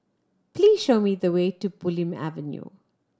please show me the way to Bulim Avenue